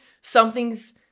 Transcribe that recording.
something's